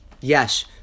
Yes